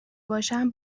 باشم